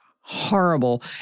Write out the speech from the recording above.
horrible